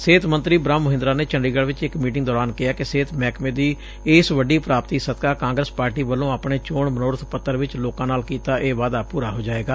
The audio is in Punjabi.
ਸਿਹਤ ਮੰਤਰੀ ਬੂਹਮ ਮੁਹਿੰਦਰਾ ਨੇ ਚੰਡੀਗੜ ਚ ਇਕ ਮੀਟਿੰਗ ਦੌਰਾਨ ਕਿਹੈ ਕਿ ਸਿਹਤ ਮਹਿਕਮੇ ਦੀ ਇਸ ਵੱਡੀ ਪ੍ਰਾਪਤੀ ਸਦਕਾ ਕਾਂਗਰਸ ਪਾਰਟੀ ਵੱਲੇਂ ਆਪਣੇ ਚੋਣ ਮਨੋਰਥ ਪੱਤਰ ਵਿਚ ਲੋਕਾਂ ਨਾਲ ਕੀਤਾ ਇਹ ਵਾਅਦਾ ਪੂਰਾ ਹੋ ਜਾਏਗਾ